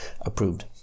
approved